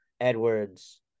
Edwards